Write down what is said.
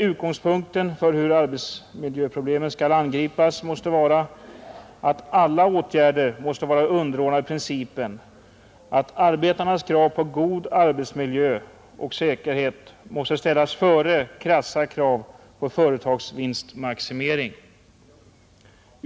Utgångspunkten för hur arbetsmiljöproblemen skall angripas måste vara att alla åtgärder underordnas principen att arbetarnas krav på god arbetsmiljö och säkerhet ställs före krassa krav på företagsvinstmaximering.